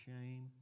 shame